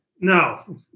No